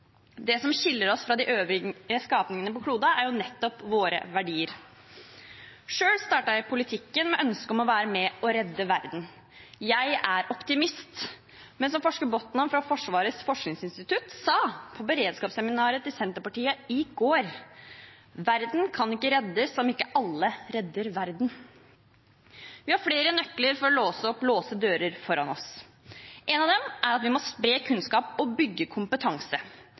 Det som skiller oss fra de øvrige skapningene på kloden, er nettopp våre verdier. Selv startet jeg i politikken med ønske om å være med og redde verden. Jeg er optimist. Men som forsker Jan Ivar Botnan ved Forsvarets forskningsinstitutt sa på Senterpartiets beredskapsseminar i går: Verden kan ikke reddes om ikke alle redder verden. Vi har flere nøkler for å låse opp låste dører foran oss. En av dem er at vi må spre kunnskap og bygge kompetanse.